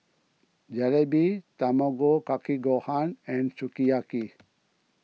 Jalebi Tamago Kake Gohan and Sukiyaki